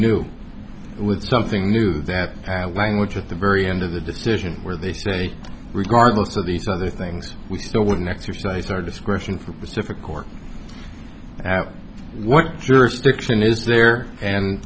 new with something new that language at the very end of the decision where they say regardless of these other things we still wouldn't exercise their discretion for pacific or what jurisdiction is there and